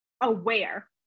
aware